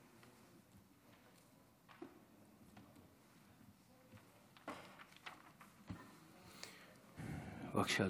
בבקשה,